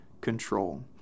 control